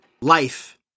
life